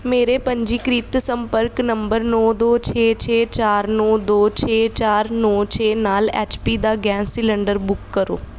ਮੇਰੇ ਪੰਜੀਕ੍ਰਿਤ ਸੰਪਰਕ ਨੰਬਰ ਨੌਂ ਦੋ ਛੇ ਛੇ ਚਾਰ ਨੌਂ ਦੋ ਛੇ ਚਾਰ ਨੌਂ ਛੇ ਨਾਲ ਐਚ ਪੀ ਦਾ ਗੈਂਸ ਸਿਲੰਡਰ ਬੁੱਕ ਕਰੋ